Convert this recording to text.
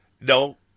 No